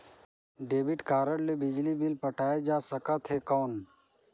Debit card ले बिजली bill पटाय जा सकथे कौन?